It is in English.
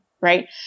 right